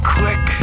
quick